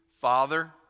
Father